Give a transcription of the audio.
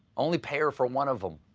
only pay her for one of them.